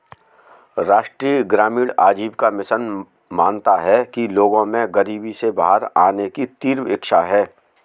राष्ट्रीय ग्रामीण आजीविका मिशन मानता है कि लोगों में गरीबी से बाहर आने की तीव्र इच्छा है